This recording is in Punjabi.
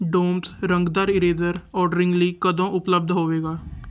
ਡੋਮਸ ਰੰਗਦਾਰ ਇਰੇਜ਼ਰ ਆਰਡਰਿੰਗ ਲਈ ਕਦੋਂ ਉਪਲਬਧ ਹੋਵੇਗਾ